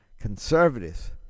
Conservatives